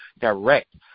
direct